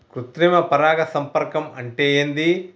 కృత్రిమ పరాగ సంపర్కం అంటే ఏంది?